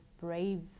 brave